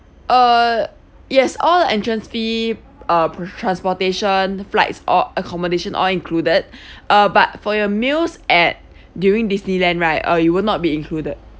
uh yes all entrance fee uh per~ transportation flights or accommodation all included uh but for your meals at during disneyland right uh it will not be included